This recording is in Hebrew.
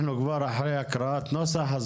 אנחנו עכשיו אחרי הקראת נוסח.